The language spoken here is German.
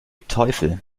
teufel